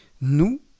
Nous